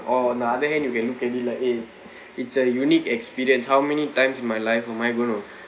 or on another hand you can look at it like eh it's a unique experience how many times in my life am I going to